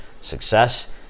success